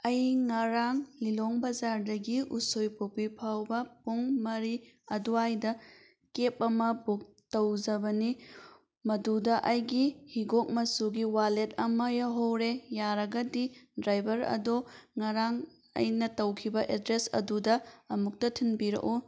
ꯑꯩ ꯉꯔꯥꯡ ꯂꯤꯂꯣꯡ ꯕꯥꯖꯥꯔꯗꯒꯤ ꯎꯁꯣꯏꯄꯣꯛꯄꯤ ꯐꯥꯎꯕ ꯄꯨꯡ ꯃꯔꯤ ꯑꯗꯨꯋꯥꯏꯗ ꯀꯦꯕ ꯑꯃ ꯕꯨꯛ ꯇꯧꯖꯕꯅꯤ ꯃꯗꯨꯗ ꯑꯩꯒꯤ ꯍꯤꯒꯣꯛ ꯃꯆꯨꯒꯤ ꯋꯥꯂꯦꯠ ꯑꯃ ꯌꯥꯎꯍꯧꯔꯦ ꯌꯥꯔꯒꯗꯤ ꯗ꯭ꯔꯥꯏꯕꯔ ꯑꯗꯣ ꯉꯔꯥꯡ ꯑꯩꯅ ꯇꯧꯈꯤꯕ ꯑꯦꯗ꯭ꯔꯦꯁ ꯑꯗꯨꯗ ꯑꯃꯨꯛꯇ ꯊꯤꯟꯕꯤꯔꯛꯑꯣ